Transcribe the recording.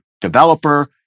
developer